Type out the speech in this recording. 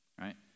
right